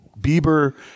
Bieber